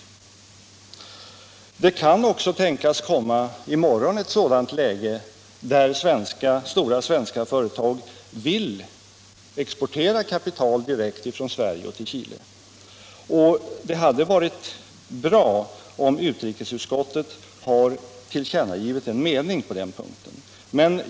Det kan också tänkas att det i morgon uppstår ett sådant läge, där stora svenska företag vill exportera kapital direkt från Sverige till Chile. Det hade varit bra om utrikesutskottet tillkännagivit en mening på den punkten.